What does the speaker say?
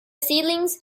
seedlings